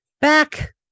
Back